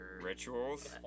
Rituals